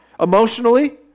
Emotionally